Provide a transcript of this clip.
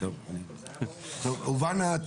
הלאה.